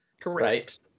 Correct